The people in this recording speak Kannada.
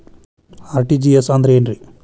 ಆರ್.ಟಿ.ಜಿ.ಎಸ್ ಅಂದ್ರ ಏನ್ರಿ?